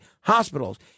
hospitals